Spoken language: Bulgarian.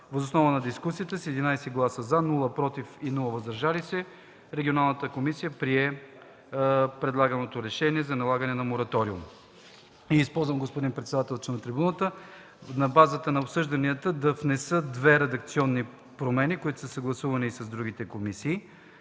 Въз основа на дискусията с 11 гласа – „за”, без „против” и „въздържали се”, Регионалната комисия прие предлаганото решение за налагане на мораториум.” Господин председател, използвам, че съм на трибуната, на базата на обсъжданията да внеса две редакционни промени, които са съгласувани и с другите комисии